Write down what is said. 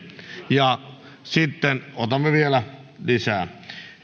ja sitten otamme vielä lisää